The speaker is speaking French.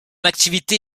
activité